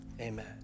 amen